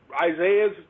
Isaiah's